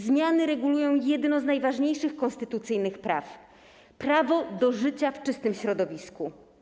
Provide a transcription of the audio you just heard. Zmiany regulują jedno z najważniejszych konstytucyjnych praw - prawo do życia w czystym środowisku.